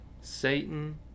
Satan